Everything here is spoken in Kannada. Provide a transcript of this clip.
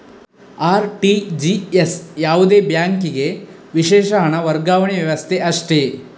ಆರ್.ಟಿ.ಜಿ.ಎಸ್ ಯಾವುದೇ ಬ್ಯಾಂಕಿಗೆ ವಿಶೇಷ ಹಣ ವರ್ಗಾವಣೆ ವ್ಯವಸ್ಥೆ ಅಷ್ಟೇ